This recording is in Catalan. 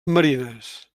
marines